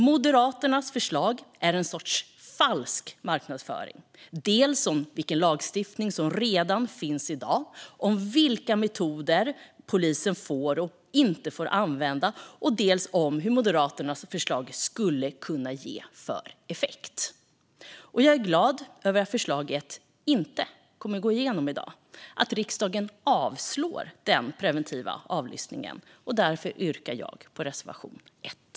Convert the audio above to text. Moderaternas förslag är dock en sorts falsk marknadsföring, dels om vilken lagstiftning som redan finns i dag, om vilka metoder polisen får och inte får använda, dels om vilken effekt Moderaternas förslag skulle kunna få. Jag är glad över att förslaget om den preventiva avlyssningen inte kommer att gå igenom i dag, att riksdagen kommer att avslå det. Därför yrkar jag bifall till reservation 1.